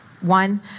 One